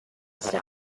step